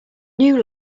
new